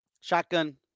shotgun